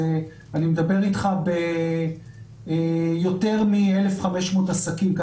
אני מדבר איתך ביותר מ-1,500 עסקים,